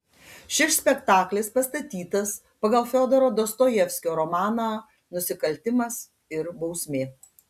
šis spektaklis pastatytas pagal fiodoro dostojevskio romaną nusikaltimas ir bausmė